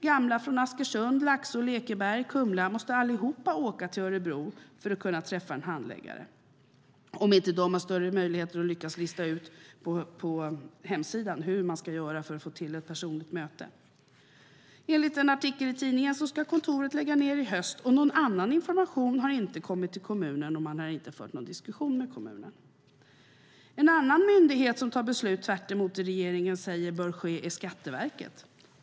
Gamla från Askersund, Laxå, Lekeberg och Kumla måste alla åka till Örebro för att få träffa en handläggare - om de till skillnad från mig på hemsidan lyckas lista ut hur man gör för att få till ett personligt möte. Enligt en artikel i tidningen ska kontoret läggas ned i höst. Någon annan information har inte kommit till kommunen, och det har inte heller förts någon diskussion med kommunen. En myndighet som också fattar beslut som går emot det regeringen säger bör gälla är Skatteverket.